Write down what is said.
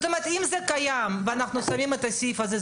אם זה קיים ואנחנו שמים את הסעיף הזה,